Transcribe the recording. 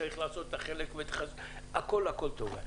הכל טוב.